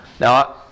Now